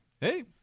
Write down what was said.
Hey